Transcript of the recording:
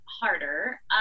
harder